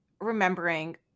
remembering